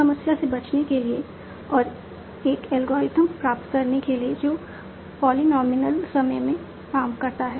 तो इस समस्या से बचने के लिए और एक एल्गोरिथ्म प्राप्त करने के लिए जो पॉलिनॉमियल समय में काम करता है